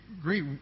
great